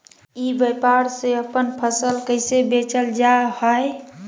ई व्यापार से अपन फसल कैसे बेचल जा हाय?